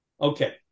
Okay